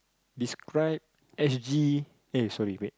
describe s_g eh sorry wait